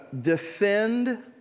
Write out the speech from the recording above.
defend